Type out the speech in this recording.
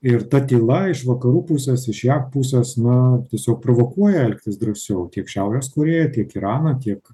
ir ta tyla iš vakarų pusės iš jav pusės na tiesiog provokuoja elgtis drąsiau tiek šiaurės korėją tiek iraną tiek